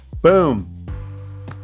Boom